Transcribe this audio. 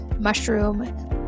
mushroom